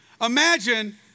Imagine